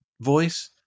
voice